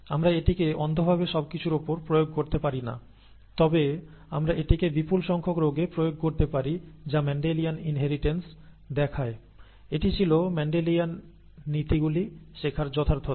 আমরা এটিকে অন্ধভাবে সবকিছুর ওপর প্রয়োগ করতে পারি না তবে আমরা এটিকে বিপুল সংখ্যক রোগে প্রয়োগ করতে পারি যা ম্যান্ডেলিয়ান ইনহেরিটেন্স দেখায় এটি ছিল মেন্ডেলিয়ান নীতিগুলি শেখার যথার্থতা